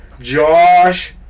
Josh